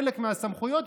חלק מהסמכויות,